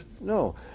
No